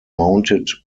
mounted